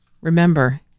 remember